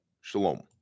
Shalom